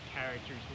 character's